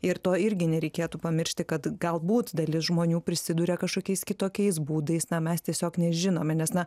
ir to irgi nereikėtų pamiršti kad galbūt dalis žmonių prisiduria kažkokiais kitokiais būdais na mes tiesiog nežinome nes na